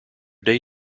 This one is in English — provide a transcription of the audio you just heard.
day